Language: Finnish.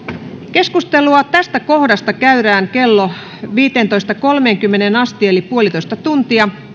keskustelua tästä kohdasta käydään kello viisitoista kolmeenkymmeneen asti eli puolitoista tuntia